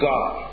God